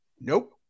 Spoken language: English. nope